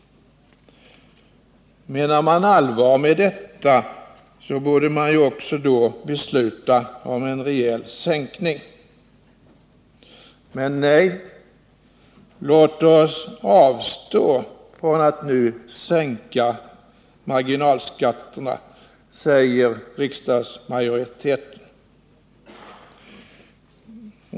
Menar man allvar med denna formulering borde man också besluta om en rejäl sänkning. Nej, låt oss avstå från att nu sänka marginalskatterna, säger riksdagsmajoriteten.